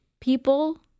people